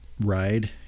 ride